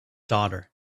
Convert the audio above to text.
daughter